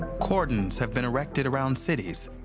cordons have been erected around cities,